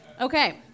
Okay